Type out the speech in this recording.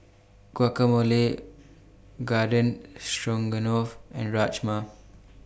Guacamole Garden Stroganoff and Rajma